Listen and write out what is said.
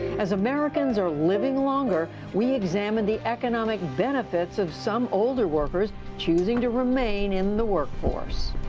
as americans are living longer, we examine the economic benefits of some older workers choosing to remain in the work force.